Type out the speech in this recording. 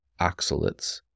oxalates